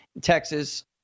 Texas